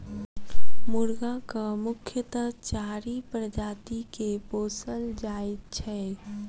मुर्गाक मुख्यतः चारि प्रजाति के पोसल जाइत छै